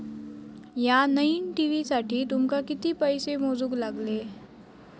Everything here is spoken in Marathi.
या नईन टी.व्ही साठी तुमका किती पैसे मोजूक लागले?